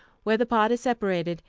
where the party separated,